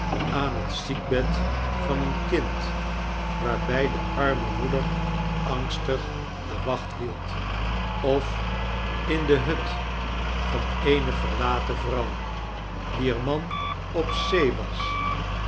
aan het ziekbed van pen kind waarbij de arme moeder angstig do wacht hield of in de but van eene verlaten vrouw wier man op zee was